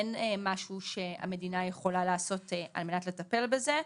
אין משהו שהמדינה יכולה לעשות על מנת לטפל בזה.